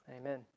Amen